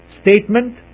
statement